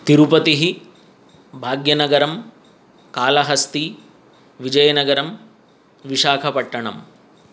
तिरुपतिः भाग्यनगरं कालहस्ति विजयनगरं विशाखापट्टनम्